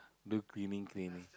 do cleaning cleaning